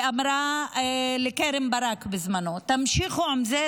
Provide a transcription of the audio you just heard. והיא אמרה לקרן ברק בזמנו: תמשיכו עם זה,